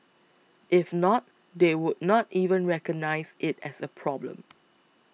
if not they would not even recognise it as a problem